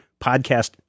Podcast